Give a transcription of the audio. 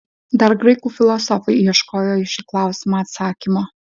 dar graikų filosofai ieškojo į šį klausimą atsakymo